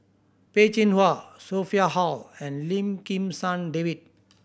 Peh Chin Hua Sophia Hull and Lim Kim San David